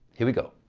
here we go.